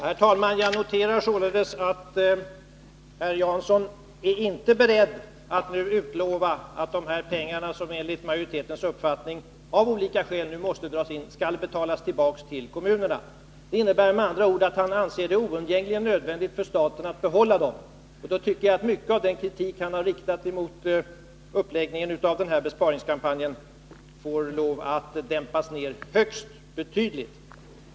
Herr talman! Jag noterar att herr Jansson inte är beredd att nu utlova att de pengar, som enligt majoritetens uppfattning av olika skäl nu måste betalas in till staten, skall betalas tillbaka till kommunerna. Han anser det med andra ord oundgängligen nödvändigt för staten att behålla dem. Då tycker jag den kritik Paul Jansson riktat mot uppläggningen av besparingskampanjen borde dämpas ned högst betydligt.